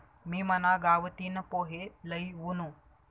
मी मना गावतीन पोहे लई वुनू